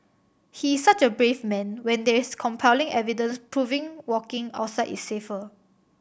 he is such a brave man when there's compelling evidence proving walking outside is safer